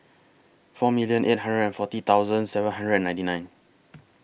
four million eight hundred and forty thousand seven hundred and ninety nine